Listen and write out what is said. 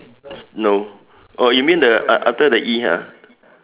no oh you mean the uh after the E ha